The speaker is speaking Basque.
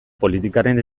politikaren